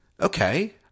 Okay